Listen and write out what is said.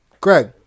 Greg